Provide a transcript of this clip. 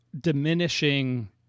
diminishing